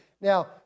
Now